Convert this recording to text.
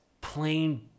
plain